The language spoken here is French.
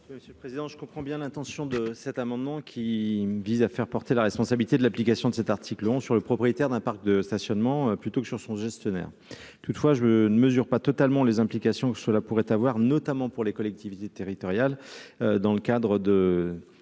Monsieur le président, je comprends bien l'intention de cet amendement qui vise à faire porter la responsabilité de l'application de cet article onze sur le propriétaire d'un parc de stationnement, plutôt que sur son gestionnaire, toutefois je ne mesure pas totalement les implications que cela pourrait avoir, notamment pour les collectivités territoriales dans le cadre de